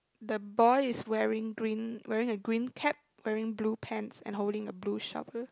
the boy is wearing green wearing a green cap wearing blue pants and holding a blue shovel